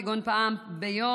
כגון פעם ביום,